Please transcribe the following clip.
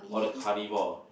all the carnival